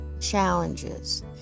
challenges